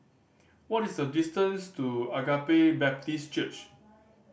what is the distance to Agape Baptist Church